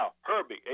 Herbie